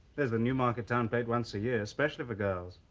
there's a newmarket town fete once a year especially for girls.